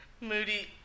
Moody